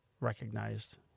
recognized